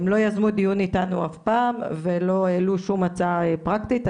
הם לא יזמו דיון איתנו אף פעם ולא העלו שום הצעה פרקטית.